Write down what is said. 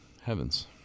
heavens